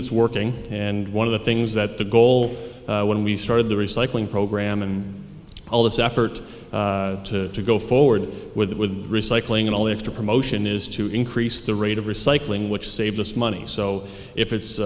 it's working and one of the things that the goal when we started the recycling program and all this effort to go forward with recycling and all the extra promotion is to increase the rate of recycling which saves us money so if